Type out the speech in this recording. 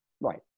Right